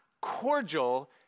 cordial